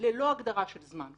ללא הגדרה של זמן.